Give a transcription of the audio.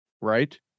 right